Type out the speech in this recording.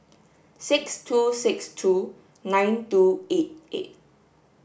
six two six two nine two eight eight